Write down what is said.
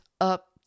up